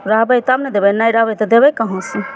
रहबय तब ने देबय नहि रहबय तऽ देबय कहाँसँ